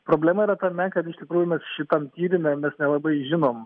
problema yra tame kad iš tikrųjų mes šitam tyrime mes nelabai žinom